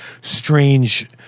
strange